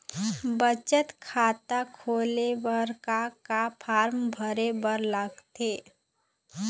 बचत खाता खोले बर का का फॉर्म भरे बार लगथे?